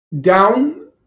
down